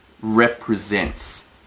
represents